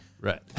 Right